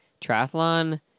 triathlon